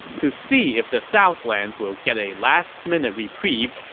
to see if the southlands will get a last-minute reprieve,